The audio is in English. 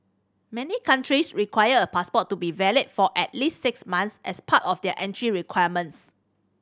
many countries require a passport to be valid for at least six months as part of their entry requirements